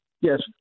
Yes